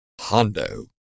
Hondo